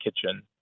kitchen